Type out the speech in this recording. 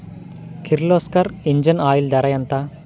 Kirloskar engine oil ధర ఎంత?